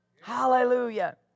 Hallelujah